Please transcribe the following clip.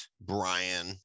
Brian